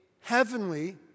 heavenly